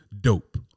Dope